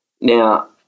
Now